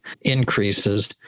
increases